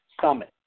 summit